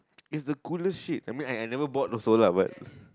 it's the coolest shit I mean I I never bought also lah but